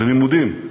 של לימודים,